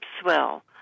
swell